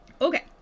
Okay